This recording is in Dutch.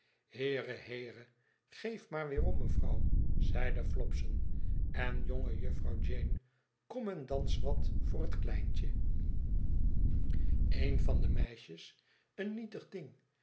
heere heere geef maar weerom mevrouw i zeide flopson en jonge jufvrouw jeane kom en dans wat voor het kleintje een van de meisjes een nietig ding